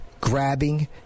grabbing